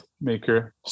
maker